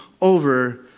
over